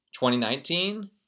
2019